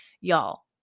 y'all